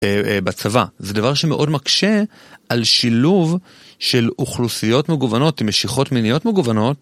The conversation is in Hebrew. בצבא, זה דבר שמאוד מקשה על שילוב של אוכלוסיות מגוונות עם משיכות מיניות מגוונות